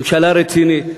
ממשלה רצינית?